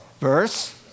verse